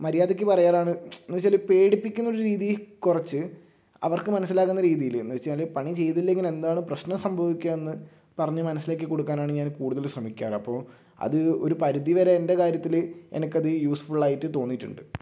മര്യാദക്ക് പറയാനാണ് എന്ന് വെച്ചാൽ പേടിപ്പിക്കുന്നൊരു രീതി കുറച്ച് അവർക്ക് മനസ്സിലാകുന്ന രീതിയിൽ എന്ന് വെച്ചാൽ പണി ചെയ്തില്ലെങ്കിൽ എന്താണ് പ്രശ്നം സംഭവിക്കുകയെന്ന് പറഞ്ഞ് മനസ്സിലാക്കി കൊടുക്കാനാണ് ഞാൻ കൂടുതൽ ശ്രമിക്കാറ് അപ്പോൾ അത് ഒരു പരിധിവരെ എൻ്റെ കാര്യത്തിൽ എനിക്കത് യൂസ് ഫുള്ളായിട്ട് തോന്നിയിട്ടുണ്ട്